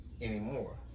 anymore